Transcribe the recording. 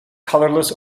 colorless